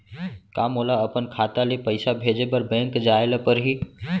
का मोला अपन खाता ले पइसा भेजे बर बैंक जाय ल परही?